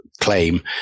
claim